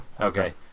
okay